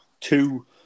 two